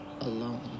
alone